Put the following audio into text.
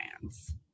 brands